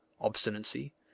obstinacy